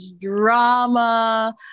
drama